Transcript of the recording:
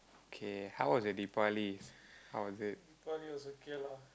K how was your Deepavali how was it